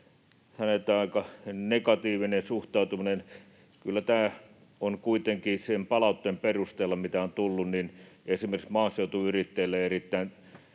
kommentti, aika negatiivinen suhtautuminen. Kyllä tämä on kuitenkin sen palautteen perusteella, mitä on tullut, esimerkiksi maaseutuyrittäjille erittäin